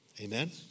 Amen